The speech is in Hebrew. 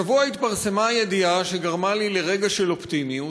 השבוע התפרסמה ידיעה שגרמה לי לרגע של אופטימיות,